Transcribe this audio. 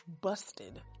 busted